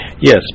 Yes